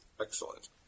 Excellent